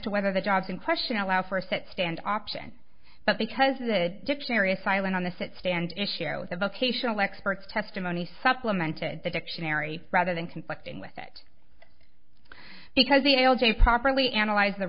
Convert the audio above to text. to whether the jobs in question allow for a sit stand option but because of the dictionary a silent on the sit stand issue the vocational expert testimony supplemented the dictionary rather than conflicting with it because the l j properly analyze the